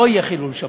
לא יהיה חילול שבת.